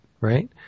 right